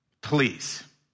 please